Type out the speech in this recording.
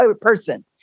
person